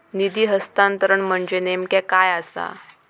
निधी हस्तांतरण म्हणजे नेमक्या काय आसा?